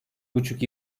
buçuk